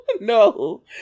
no